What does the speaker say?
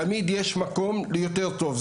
תמיד יש מקום ליותר טוב,